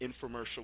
infomercial